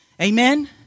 Amen